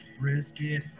brisket